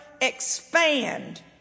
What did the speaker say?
Expand